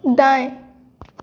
दाएँ